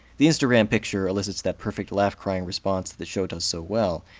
the instagram picture elicits that perfect laugh-crying response that the show does so well.